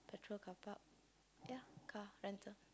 petrol carpark yeah car rental